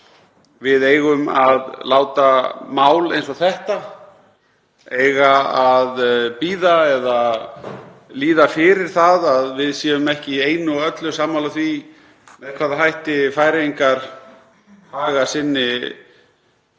við eigum að láta mál eins og þetta bíða eða líða fyrir það að við séum ekki í einu og öllu sammála því með hvaða hætti Færeyingar haga sinni